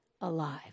alive